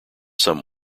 some